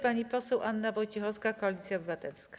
Pani poseł Anna Wojciechowska, Koalicja Obywatelska.